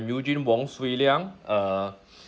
eugene wong swee lian uh